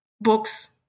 books